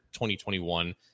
2021